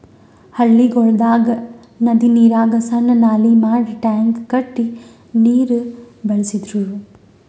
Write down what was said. ಹಳ್ಳಿಗೊಳ್ದಾಗ್ ನದಿ ನೀರಿಗ್ ಸಣ್ಣು ನಾಲಿ ಮಾಡಿ ಟ್ಯಾಂಕ್ ಕಟ್ಟಿ ನೀರ್ ಬಳಸ್ತಿದ್ರು